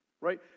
right